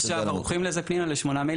כבר עכשיו ערוכים לזה לשמונה מיילים